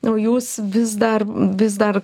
o jūs vis dar vis dar